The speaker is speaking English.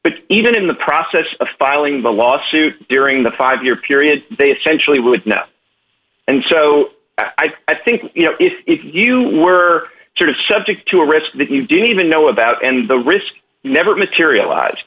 but even in the process of filing the lawsuit during the five year period they essentially would no and so i think you know if you were sort of subject to a risk that you didn't even know about and the risk never materialized